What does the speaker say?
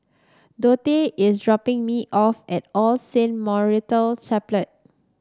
Dontae is dropping me off at All Saints Memorial Chapel